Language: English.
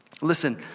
Listen